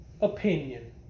opinion